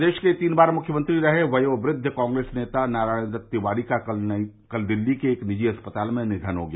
प्रदेश के तीन बार मुख्यमंत्री रहे वयोवृद्ध कांग्रेस नेता नारायण दत्त तिवारी का कल दिल्ली के एक निजी अस्पताल में निधन हो गया